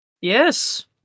Yes